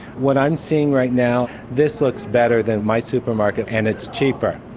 what i'm seeing right now, this looks better than my supermarket and it's cheaper,